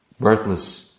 birthless